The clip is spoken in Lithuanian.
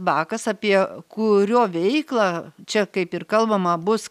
bakas apie kurio veiklą čia kaip ir kalbama bus